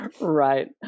Right